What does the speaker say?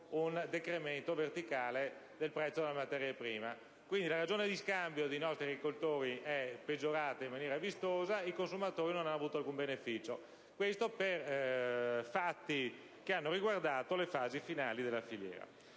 un decremento verticale del prezzo della materia prima. Quindi, la ragione di scambio dei nostri agricoltori è peggiorata in maniera vistosa e il consumatore non ne ha tratto alcun beneficio. Questo, per fatti che hanno riguardato le fasi finali della filiera.